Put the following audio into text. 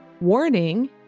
Warning